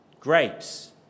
Grapes